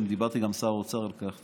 ודיברתי גם עם שר האוצר על כך.